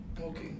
Okay